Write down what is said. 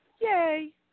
Yay